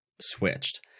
switched